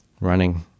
running